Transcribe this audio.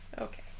Okay